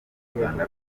umuganda